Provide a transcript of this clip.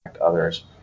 others